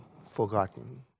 forgotten